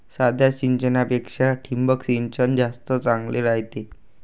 साध्या सिंचनापेक्षा ठिबक सिंचन जास्त चांगले रायते